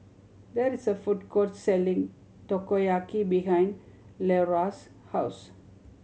there is a food court selling Takoyaki behind Leora's house